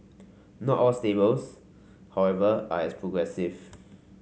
not all stables however are as progressive